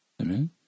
Amen